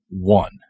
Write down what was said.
One